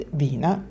vina